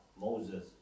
Moses